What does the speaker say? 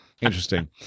interesting